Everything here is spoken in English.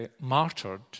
martyred